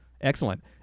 Excellent